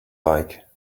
like